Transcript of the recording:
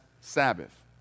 Sabbath